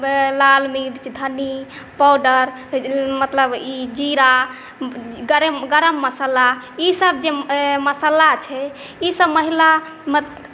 लाल मिर्च धनी पाउडर मतलब ई जीरा गरम मसाला ईसभ जे मसाला छै ईसभ मसाला मतलब